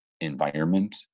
environment